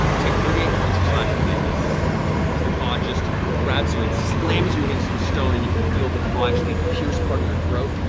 you take thirty eight points of slashing damage as the claw grabs you and slams you against the stone, and you can feel the claw actually pierce part of your throat.